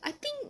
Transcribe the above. I think